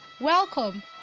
Welcome